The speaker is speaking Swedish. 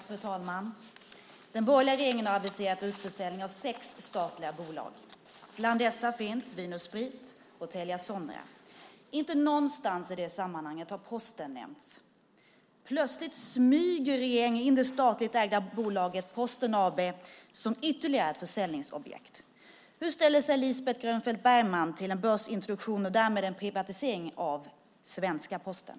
Fru talman! Den borgerliga regeringen har aviserat utförsäljning av sex statliga bolag. Bland dessa finns Vin & Sprit och Telia Sonera. Inte någonstans i det sammanhanget har Posten nämnts. Plötsligt smyger re-geringen in det statligt ägda bolaget Posten AB som ytterligare ett försäljningsobjekt. Hur ställer sig Lisbeth Grönfeldt Bergman till en börsintroduktion och därmed en privatisering av svenska Posten?